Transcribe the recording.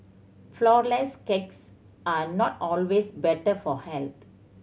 flourless cakes are not always better for health